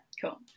cool